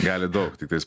gali daug tiktais